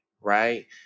right